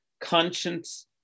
Conscience